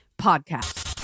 Podcast